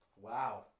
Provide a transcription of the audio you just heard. Wow